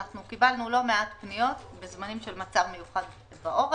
וקיבלנו לא מעט פניות בזמנים של מצב מיוחד בעורף.